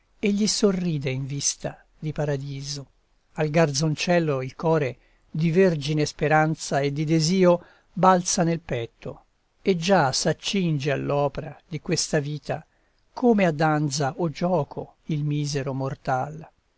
e gli sorride in vista di paradiso al garzoncello il core di vergine speranza e di desio balza nel petto e già s'accinge all'opra di questa vita come a danza o gioco il misero mortal